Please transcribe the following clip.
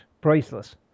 priceless